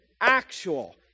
actual